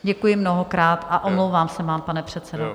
Děkuji mnohokrát a omlouvám se vám, pane předsedo.